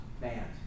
band